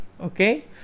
okay